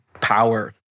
power